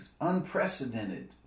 unprecedented